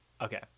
Okay